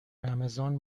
رمضان